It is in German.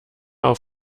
auf